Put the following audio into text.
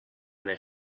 their